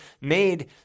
made